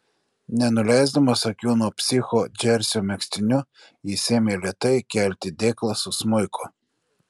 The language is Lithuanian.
nenuleisdamas akių nuo psicho džersio megztiniu jis ėmė lėtai kelti dėklą su smuiku